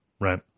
right